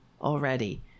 already